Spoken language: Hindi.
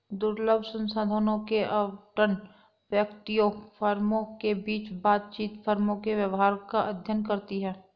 दुर्लभ संसाधनों के आवंटन, व्यक्तियों, फर्मों के बीच बातचीत, फर्मों के व्यवहार का अध्ययन करती है